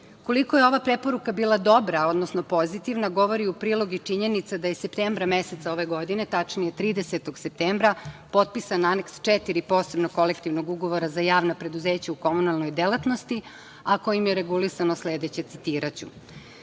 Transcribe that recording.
Koliko je ova preporuka bila dobra, odnosno pozitivna govori u prilog i činjenica da je septembra meseca ove godine, tačnije 30. septembra, potpisan Aneks 4. posebnog kolektivnog ugovora za javna preduzeća u komunalnoj delatnosti, a kojim je regulisano sledeće, citiraću